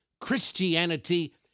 Christianity